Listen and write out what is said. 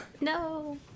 No